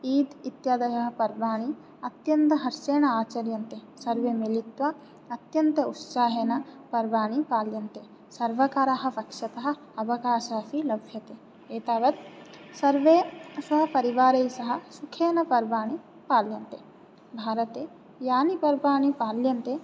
ईद् इत्यादयः पर्वाणि अत्यन्तहर्षेन आचर्यन्ते सर्वे मिलित्वा अत्यन्त उत्साहेन पर्वाणि पाल्यन्ते सर्वाकाराः पक्षतः अवकाशः अपि लभ्यते एतावत् सर्वे सहपरिवारैः सह सुखेन पर्वानि पाल्यन्ते भारते यानि पर्वाणि पाल्यन्ते